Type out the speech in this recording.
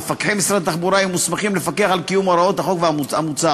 מפקחי משרד התחבורה יהיו מוסמכים לפקח על קיום הוראות החוק המוצע,